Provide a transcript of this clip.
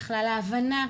בכלל ההבנה,